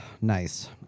nice